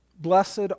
Blessed